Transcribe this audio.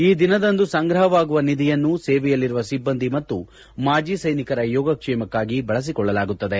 ಈ ದಿನದಂದು ಸಂಗ್ರಹವಾಗುವ ನಿಧಿಯನ್ನು ಸೇವೆಯಲ್ಲಿರುವ ಸಿಬ್ಬಂದಿ ಮತ್ತು ಮಾಜಿ ಸೈನಿಕರ ಯೋಗಕ್ಷೇಮಕ್ತಾಗಿ ಬಳಸಿಕೊಳ್ಳಲಾಗುತ್ತದೆ